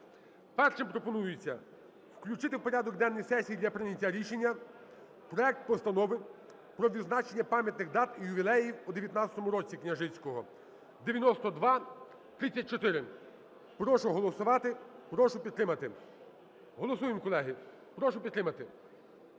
Першим пропонується включити в порядок денний сесії для прийняття рішення проект Постанови про відзначення пам'ятних дат і ювілеїв у 2019 році (Княжицького, 9234). Прошу голосувати, прошу підтримати. Голосуємо, колеги. Прошу підтримати.